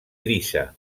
grisa